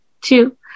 two